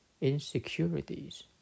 insecurities